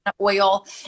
oil